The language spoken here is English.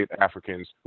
Africans